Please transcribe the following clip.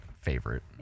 favorite